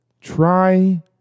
Try